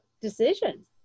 decisions